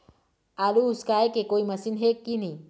आलू उसकाय के कोई मशीन हे कि नी?